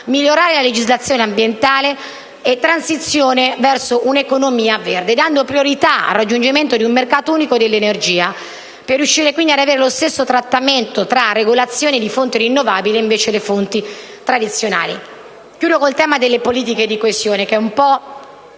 migliorare la legislazione ambientale e transizione verso un'economia verde), dando priorità al raggiungimento di un mercato unico dell'energia per riuscire quindi ad avere lo stesso trattamento tra regolazione di fonti rinnovabili e tradizionali. Mi avvio a concludere sul tema delle politiche di coesione, su cui c'è un grande